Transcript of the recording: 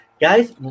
guys